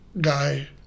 guy